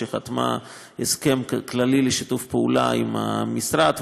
שחתמה על הסכם כללי לשיתוף פעולה עם המשרד,